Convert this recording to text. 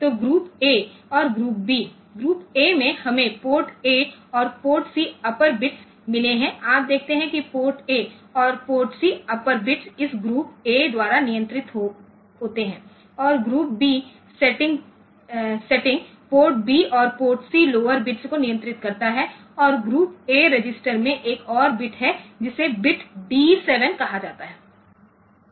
तो group A और group B group A में हमें पोर्ट ए और पोर्ट सी अप्पर बिट्स मिले हैं आप देखते हैं कि पोर्ट ए और पोर्ट सी अप्पर बिट्स इस ग्रुप ए द्वारा नियंत्रित होते हैं और group B setting port B और पोर्ट सीलोअर बिट्स को नियंत्रित करता है और ग्रुप ए रजिस्टर में एक और बिट है जिसे बिट डी 7 कहा जाता है